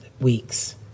weeks